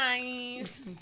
nice